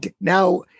now